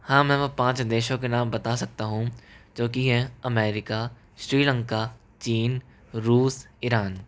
हाँ मैं वह पाँच देशों के नाम बता सकता हूँ जो की हैं अमेरिका श्रीलंका चीन रूस ईरान